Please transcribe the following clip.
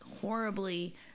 horribly